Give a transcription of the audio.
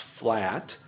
flat